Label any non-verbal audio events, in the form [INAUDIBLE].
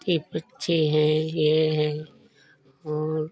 [UNINTELLIGIBLE] पक्षी हैं ये हैं और